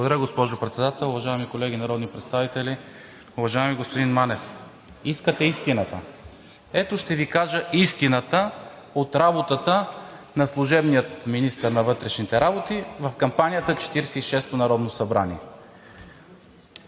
Благодаря, госпожо Председател. Уважаеми колеги народни представители! Уважаеми господин Манев, искате истината. Ето, ще Ви кажа истината от работата на служебния министър на вътрешните работи в кампанията Четиридесет и